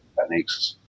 techniques